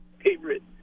favorite